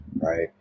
Right